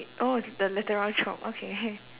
oh the literal chope okay